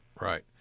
Right